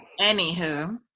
anywho